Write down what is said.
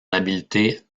habileté